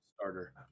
starter